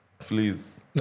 Please